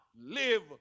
Live